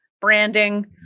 Branding